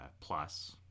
plus